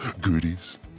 Goodies